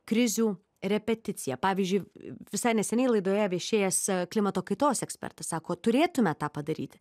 krizių repeticiją pavyzdžiui visai neseniai laidoje viešėjęs klimato kaitos ekspertas sako turėtume tą padaryti